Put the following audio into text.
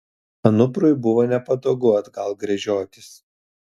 anuprui buvo nepatogu atgal gręžiotis